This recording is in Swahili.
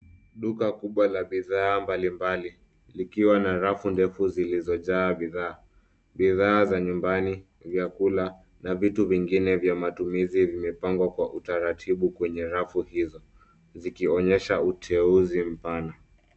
Duka kubwa la bidhaa mbalimbali, likiwa na rafu ndefu zilizojaa bidhaa. Bidhaa za nyumbani, vyakula, na vitu vingine vya matumizi vimepangwa kwa utaratibu kwenye rafu hizo, zikionyesha uteuzi mpana.